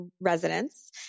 residents